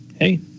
hey